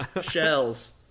shells